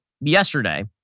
yesterday